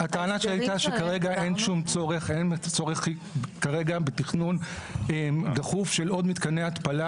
הטענה שהייתה היא שכרגע אין שום צורך בתכנון דחוף של עוד מתקני התפלה.